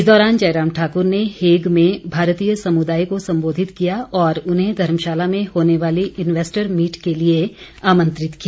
इस दौरान जयराम ठाकुर ने हेग में भारतीय समुदाय को संबोधित किया और उन्हें धर्मशाला में होने वाली इन्वेस्टर मीट के लिए आमंत्रित किया